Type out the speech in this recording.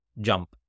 jump